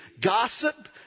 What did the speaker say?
gossip